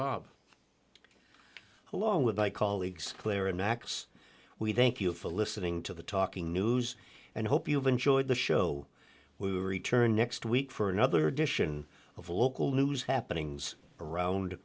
bob along with my colleagues clara max we thank you for listening to the talking news and hope you've enjoyed the show we return next week for another edition of local news happening around